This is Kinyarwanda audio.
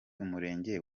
umurenge